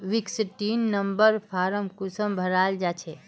Sixteen number form कुंसम भराल जाछे?